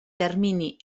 termini